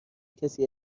کسی